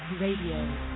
RADIO